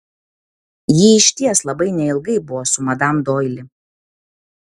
ji išties labai neilgai buvo su madam doili